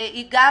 והיא גם,